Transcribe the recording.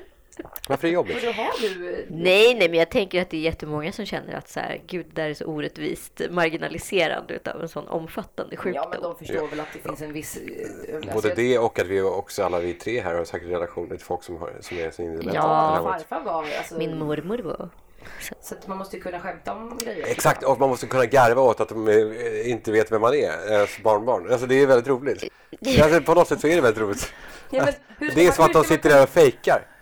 Varför är det jobbigt? För då har du- Nej, nej, men jag tänker att det är jättemånga som känner att så här, "Gud, det där är så orättvist marginaliserande av en sån omfattande sjukdom." Ja, men de förstår Ja. väl att det finns Ja. en viss, eh, överlägsenhet. Både det och att vi också, alla vi tre här, har säkert relation till folk som har- som är så inrelevanta Ja, i det här farfar året. var, alltså- Min mormor var. Så- Så att man måste ju kunna skämta om grejer. Exakt, och man måste kunna garva åt att de, eh, inte vet vem man är, eh, barnbarn. Alltså, det är väldigt roligt. Eh, Alltså, på något sätt så är det väldigt roligt. Ja, men hur Det ska är man- som att hur de ska man sitter kunna- där och fejkar.